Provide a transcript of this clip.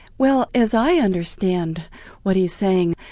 well, as i understand what he's saying,